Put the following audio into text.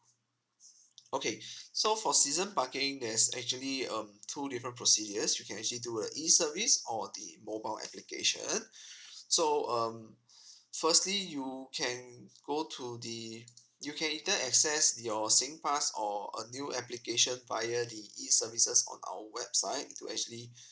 okay so for season parking there's actually um two different procedures you can actually do a e service or the mobile application so um firstly you can go to the you can either access your singpass or a new application via the e services on our website to actually